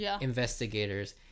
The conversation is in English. investigators